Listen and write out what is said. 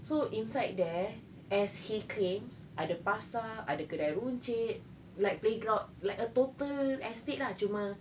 so inside there as he claims ada pasar ada kedai runcit like playgrou~ like a total estate lah cuma